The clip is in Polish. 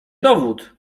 dowód